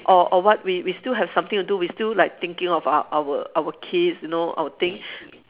or or what we we still have something to do we still like thinking of ou~ our our kids you know our thing